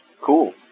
Cool